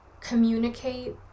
communicate